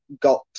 got